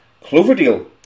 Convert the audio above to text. cloverdale